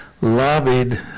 lobbied